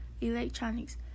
electronics